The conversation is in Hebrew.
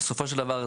בסופו של דבר,